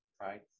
right